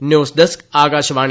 news desk Akashvani